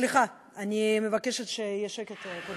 סליחה, אני מבקשת שיהיה שקט.